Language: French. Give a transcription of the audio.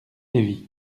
lévis